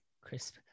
Crisp